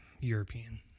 European